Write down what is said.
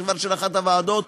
של אחת הוועדות,